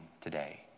today